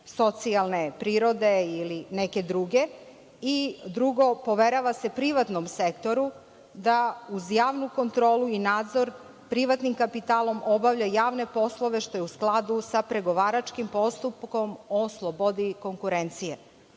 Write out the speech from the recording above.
socijalne prirode ili neke druge i, drugo, poverava se privatnom sektoru da uz javnu kontrolu i nadzor privatnim kapitalom obavlja javne poslove, što je u skladu sa pregovaračkim postupkom o slobodi konkurencije.